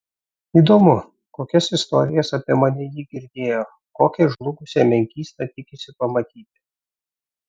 įdomu kokias istorijas apie mane ji girdėjo kokią žlugusią menkystą tikisi pamatyti